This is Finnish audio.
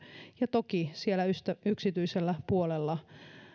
ja toki siellä yksityisellä puolella